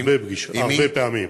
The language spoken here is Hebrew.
הרבה פעמים.